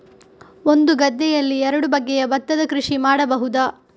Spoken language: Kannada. ಒಂದು ಗದ್ದೆಯಲ್ಲಿ ಎರಡು ಬಗೆಯ ಭತ್ತದ ಕೃಷಿ ಮಾಡಬಹುದಾ?